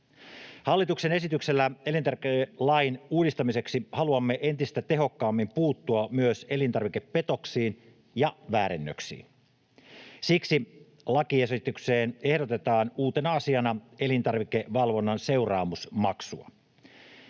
Hallituksen esityksellä elintarvikelain uudistamiseksi haluamme entistä tehokkaammin puuttua myös elintarvikepetoksiin ja -väärennöksiin. Siksi lakiesitykseen ehdotetaan uutena asiana elintarvikevalvonnan seuraamusmaksua.